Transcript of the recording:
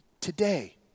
today